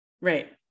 right